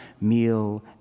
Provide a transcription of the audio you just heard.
meal